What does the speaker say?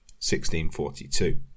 1642